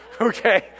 Okay